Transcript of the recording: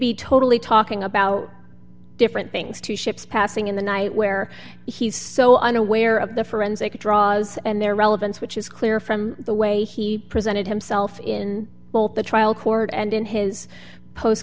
be totally talking about different things two ships passing in the night where he's so unaware of the forensic draws and their relevance which is clear from the way he presented himself in both the trial court and in his post